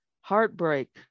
heartbreak